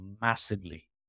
massively